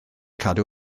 cadw